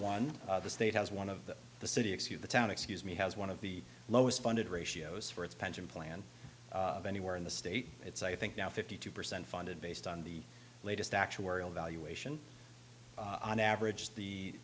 one the state has one of the city excuse the town excuse me has one of the lowest funded ratios for its pension plan of anywhere in the state it's i think now fifty two percent funded based on the latest actuarial valuation on average